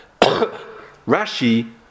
Rashi